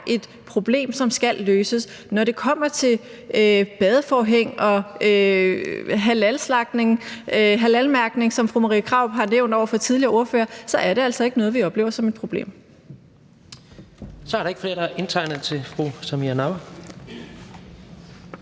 et problem, som skal løses. Når det kommer til badeforhæng og halalslagtning og halalmærkning, som fru Marie Krarup har nævnt over for tidligere ordførere, er det altså ikke noget, vi oplever som et problem. Kl. 16:51 Tredje næstformand